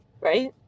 Right